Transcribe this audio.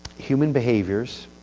human behaviors,